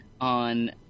on